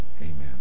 Amen